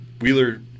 Wheeler